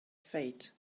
faith